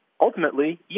ultimately